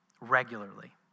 Regularly